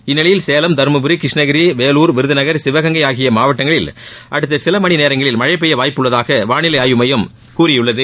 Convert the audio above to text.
இந்நிலையில் சேலம் தருமபுரி கிருஷ்ணகிரி வேலூர் விருதுநகர் சிவகங்கை ஆகிய மாவட்டங்களில் அடுத்த சில மணி நேரங்களில் மழை பெய்ய வாய்ப்பு உள்ளதாக வானிலை ஆய்வு மையம் கூறியுள்ளது